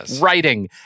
writing